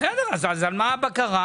על מה הבקרה?